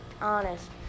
honest